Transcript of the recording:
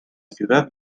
ciudad